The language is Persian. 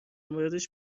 موردش